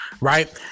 right